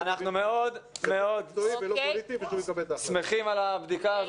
אנחנו מאוד מאוד שמחים על הבדיקה הזאת.